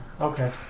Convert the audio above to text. Okay